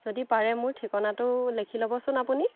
যদি পাৰে মোৰ ঠিকনাটো লেখি ল'বচোন আপুনি